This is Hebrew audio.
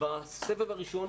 בסבב הראשון,